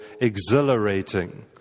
exhilarating